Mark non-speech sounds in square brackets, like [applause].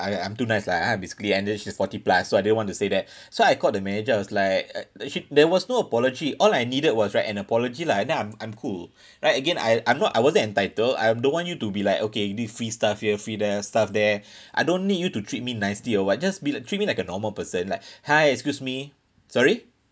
I I'm too nice lah ah basically and that she's forty plus so I didn't want to say that [breath] so I called the manager I was like she there was no apology all I needed was write an apology lah and then I'm I'm cool [breath] right again I I'm not I wasn't entitled I don't want you to be like okay this free stuff here free there stuff there [breath] I don't need you to treat me nicely or [what] just be like treat me like a normal person like hi excuse me sorry